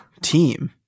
team